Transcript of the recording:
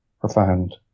profound